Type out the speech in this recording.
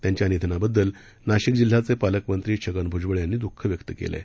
त्यांच्या निधनाबद्दल नाशिक जिल्ह्याचे पालकमंत्री छगन भुजबळ यांनी दुःख व्यक्त केलं आहे